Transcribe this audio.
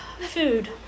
Food